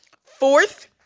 fourth